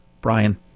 Brian